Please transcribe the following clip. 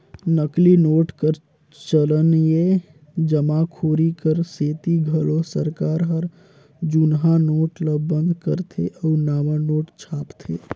नकली नोट कर चलनए जमाखोरी कर सेती घलो सरकार हर जुनहा नोट ल बंद करथे अउ नावा नोट छापथे